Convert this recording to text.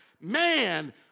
man